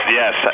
yes